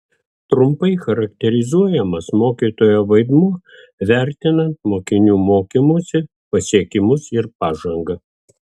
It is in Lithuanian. trumpai charakterizuojamas mokytojo vaidmuo vertinant mokinių mokymosi pasiekimus ir pažangą